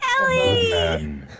Ellie